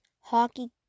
hockey